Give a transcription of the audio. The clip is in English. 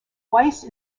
weiss